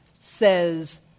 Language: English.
Says